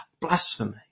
blasphemy